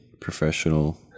professional